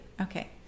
Okay